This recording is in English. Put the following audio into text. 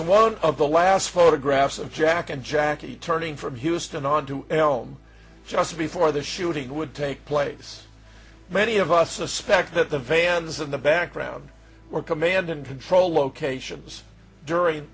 is one of the last photographs of jack and jackie turning from houston onto elm just before the shooting would take place many of us suspect that the vans in the background were command and control locations during